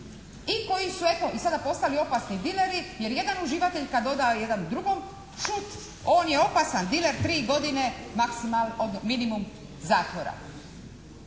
i koji su eto i sada postali opasni diler, i jer jedan uživatelja kad doda jedan drugom šut on je opasan diler, tri godine minimum zatvora.